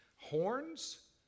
Horns